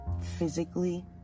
physically